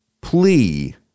plea